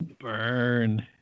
Burn